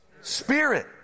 Spirit